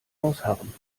ausharren